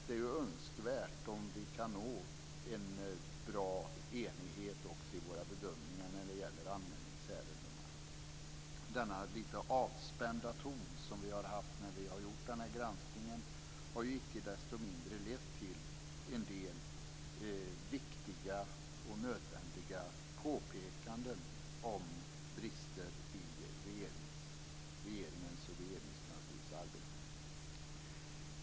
Det är ju önskvärt om vi kan nå bra enighet också i våra bedömningar när det gäller anmälningsärendena. Denna lite avspända ton som vi har haft när vi har gjort den här granskningen har ju icke desto mindre lett till en del viktiga och nödvändiga påpekanden om brister i regeringens och Regeringskansliets arbete.